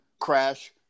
crash